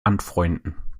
anfreunden